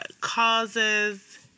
causes